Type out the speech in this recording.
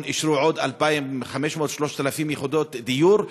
אישרו עוד 2,500 3,000 יחידות דיור.